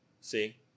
See